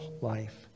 life